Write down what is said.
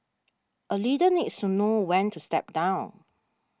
a leader needs to know when to step down